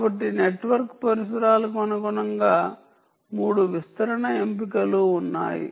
కాబట్టి నెట్వర్క్ పరిసరాలకు అనుగుణంగా 3 విస్తరణ ఎంపికలు ఉన్నాయి